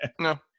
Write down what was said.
No